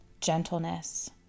gentleness